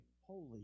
holy